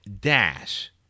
Dash